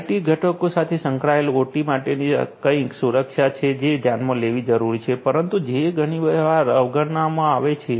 IT ઘટકો સાથે સંકળાયેલ ઓટી માટેની કંઈક સુરક્ષા છે જે ધ્યાનમાં લેવી જરૂરી છે પરંતુ જે ઘણી વાર અવગણવામાં આવે છે